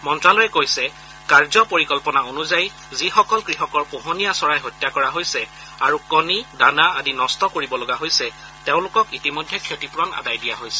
মন্তালয়ে কৈছে কাৰ্য পৰিকল্পনা অনুযায়ী যিসকল কৃষকৰ পোহনীয়া চৰাই হত্যা কৰা হৈছে আৰু কণী দানা আদি নষ্ট কৰিবলগা হৈছে তেওঁলোকক ইতিমধ্যে ক্ষতিপূৰণ আদায় দিয়া হৈছে